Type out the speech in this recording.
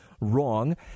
wrong